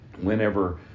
whenever